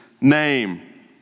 name